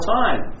time